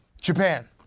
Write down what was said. Japan